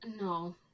no